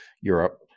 Europe